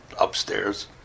upstairs